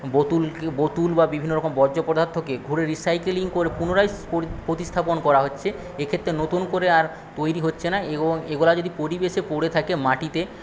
বোতল বোতল বা বিভিন্নরকম বর্জ্য পদার্থকে ঘুরে রিসাইকেল করে পুনরায় প্রতিস্থাপন করা হচ্ছে এক্ষেত্রে নতুন করে আর তৈরি হচ্ছে না এবং এগুলো যদি পরিবেশে পড়ে থাকে মাটিতে